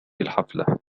الحفلة